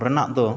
ᱨᱮᱱᱟᱜ ᱫᱚ